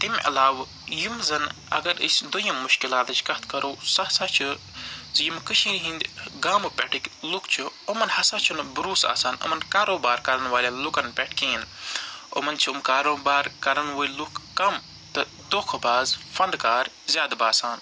تَمہِ علاوٕ یِم زن اگر أسۍ دٔیِم مُشکِلاتٕچ کَتھ کَرو سُہ ہسا چھِ زِ یِم کٔشیٖرِ ہِنٛدۍ گامہٕ پٮ۪ٹھٕکۍ لُکھ چھِ یِمن ہَسا چھِنہٕ بروسہٕ آسان یِمن کاروبار کَرن والٮ۪ن لُکن پٮ۪ٹھ کِہیٖنۍ یِمن چھِ یِم کاروبار کَرن وٲلۍ لُکھ کَم تہٕ دھوکھہٕ باز فنٛدٕکار زیادٕ باسان